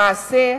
למעשה,